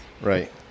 Right